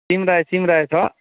सिमरायो सिमरायो छ